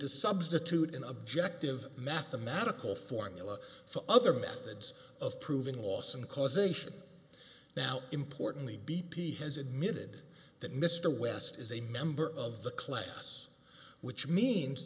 to substitute an objective mathematical formula for other methods of proving loss and causation now importantly b p has admitted that mr west is a member of the class which means